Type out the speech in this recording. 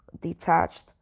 detached